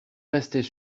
restait